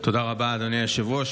תודה רבה, אדוני היושב-ראש.